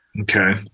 Okay